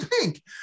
pink